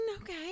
okay